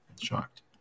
shocked